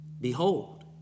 Behold